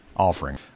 offering